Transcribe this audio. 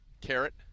Carrot